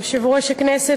יושב-ראש הכנסת,